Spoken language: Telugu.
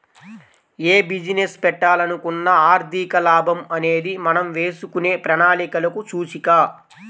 యే బిజినెస్ పెట్టాలనుకున్నా ఆర్థిక లాభం అనేది మనం వేసుకునే ప్రణాళికలకు సూచిక